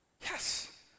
Yes